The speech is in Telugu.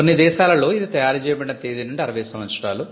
కొన్ని దేశాలలో ఇది తయారు చేయబడిన తేది నుండి 60 సంవత్సరాలు